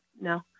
No